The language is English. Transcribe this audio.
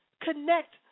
connect